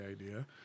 idea